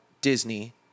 Disney